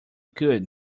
could